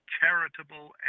charitable